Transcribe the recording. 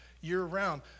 year-round